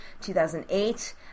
2008